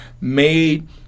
made